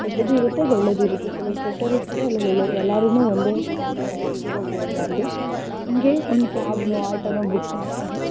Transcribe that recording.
ಕೆಟ್ಟದ್ದೂ ಇರುತ್ತೆ ಒಳ್ಳೆಯದ್ದೂ ಇರುತ್ತೆ ಕೆಲವರು ಕೆಟ್ಟವರೂ ಇರ್ತಾರೆ ಇಲ್ಲ ಒಳ್ಳೆ ಎಲ್ಲರನ್ನೂ ಒಂದೇ ತಕ್ಕಡಿಯಾಗಿ ತೂಗಕ್ಕೋಗ್ಬಾರ್ದು ಹಾಗೆ ಒಂದು ಕ್ಯಾಬ್ನೋ ಆಟೋನೋ ಬುಕ್ ಮಾಡ್ತಾರೆ